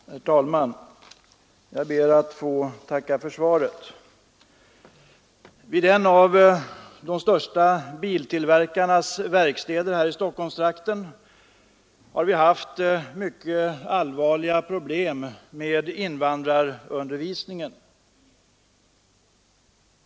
Herr talman! Jag ber att få tacka för svaret. Vid en av de största biltillverkarnas verkstäder i Stockholmstrakten har vi haft mycket allvarliga problem med invandrarundervisningen.